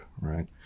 right